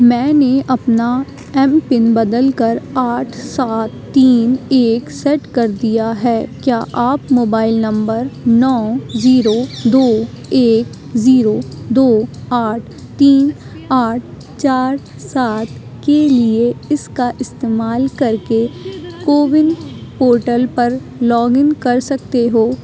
میں نے اپنا ایم پن بدل کر آٹھ سات تین ایک سیٹ کر دیا ہے کیا آپ موبائل نمبر نو زیرو دو ایک زیرو دو آٹھ تین آٹھ چار سات کے لیے اس کا استعمال کر کے کوون پورٹل پر لاگ ان کر سکتے ہو